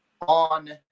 on